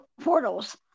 portals